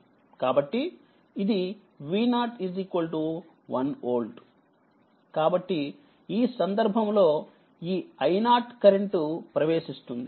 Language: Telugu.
కాబట్టిఇదిV0 1 వోల్ట్ కాబట్టిఈ సందర్భంలో ఈ i0 కరెంట్ ప్రవేశిస్తుంది